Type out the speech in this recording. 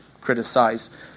criticize